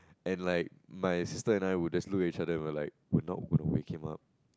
and like my sister and I would just look at each other we were like we're not gonna wake him up